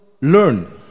learn